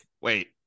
wait